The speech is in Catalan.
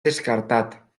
descartat